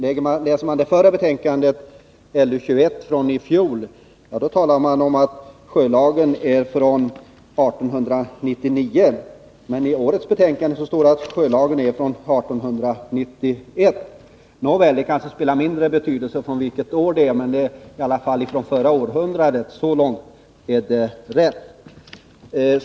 Läser man det förra betänkandet, LU 1981/82:21, finner man att det där sägs attsjölagen är från 1899. I årets betänkande står det att sjölagen är från 1891. Nåväl, det kanske spelar mindre roll vilket år den tillkom — den härrör i alla fall från förra århundradet. Så långt är det rätt.